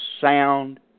sound